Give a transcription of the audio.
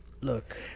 Look